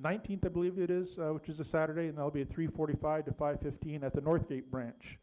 nineteenth, i believe it is, which is a saturday and that will be at three forty five to five fifteen at the northgate branch.